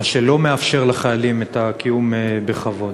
מה שלא מאפשר לחיילים את הקיום בכבוד.